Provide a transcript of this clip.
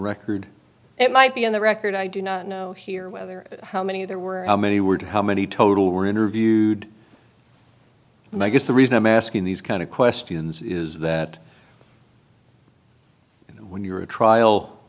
record it might be on the record i do not know here whether how many there were how many were how many total were interviewed and i guess the reason i'm asking these kind of questions is that when you're a trial